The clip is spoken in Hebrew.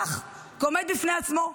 כך, כעומד בפני עצמו.